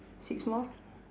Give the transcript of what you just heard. six more